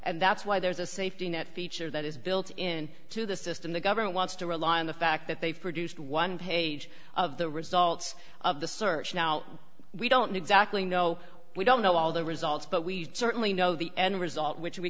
and that's why there's a safety net feature that is built in to the system the government wants to rely on the fact that they've produced one page of the results of the search now we don't exactly know we don't know all the results but we certainly know the end result which we